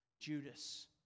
Judas